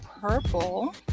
purple